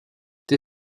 der